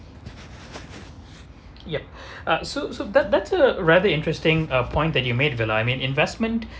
yup so so that that's a rather interesting uh point that you made vilaiming investment